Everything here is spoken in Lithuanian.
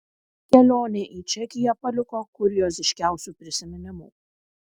kelionė į čekiją paliko kurioziškiausių prisiminimų